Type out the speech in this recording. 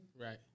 right